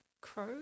crow